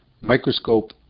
microscope